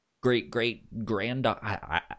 great-great-granddaughter